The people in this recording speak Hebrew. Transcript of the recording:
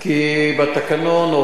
כי בתקנון,